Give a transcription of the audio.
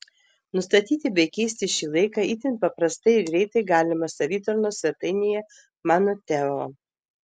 nustatyti bei keisti šį laiką itin paprastai ir greitai galima savitarnos svetainėje mano teo